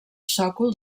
sòcol